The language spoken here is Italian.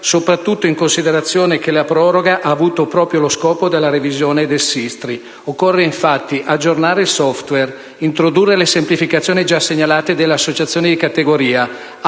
soprattutto in considerazione del fatto che la proroga ha avuto proprio lo scopo della revisione del SISTRI. Occorre infatti aggiornare il *software*, introdurre le semplificazioni già segnalate dalle associazioni di categoria,